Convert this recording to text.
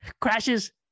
crashes